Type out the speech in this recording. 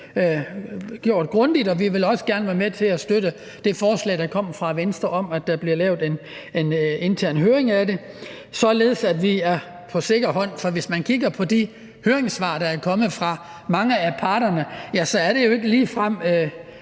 gjort grundigt. Vi vil også gerne være med til at støtte det forslag, der kom fra Venstre, om, at der bliver lavet en intern høring om det, så vi er på sikker grund. For hvis man kigger på de høringssvar, der er kommet fra mange af parterne, så er de jo ikke ligefrem